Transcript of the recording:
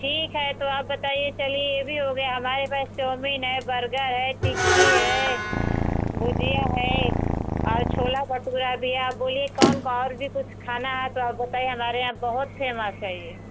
ठीक है तो अब बताइये चलिये ये भी हो गया हमारे पास चौमीन है बर्गर है टिक्की है भुजिया है और छोला भटूरा है भैया बोलीये कौन का और भी कुछ खाना है तो आप बताइये हमारे यहाँ बहुत फेमस है ये